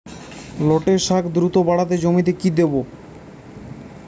লটে শাখ দ্রুত বাড়াতে জমিতে কি দেবো?